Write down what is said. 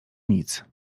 nic